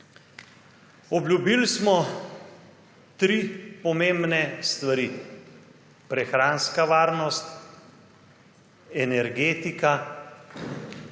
Obljubil smo 3 pomembne stvari – prehranska varnost, energetika